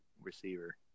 receiver